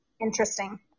interesting